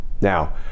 Now